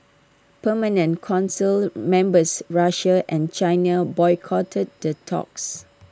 permanent Council members Russia and China boycotted the talks